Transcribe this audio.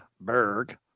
Berg